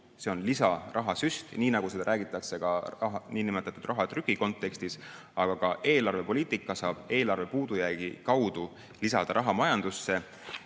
See on lisarahasüst, nii nagu sellest räägitakse ka niinimetatud rahatrüki kontekstis. Aga ka eelarvepoliitika saab eelarve puudujäägi olemasolul majandusse